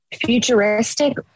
futuristic